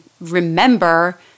remember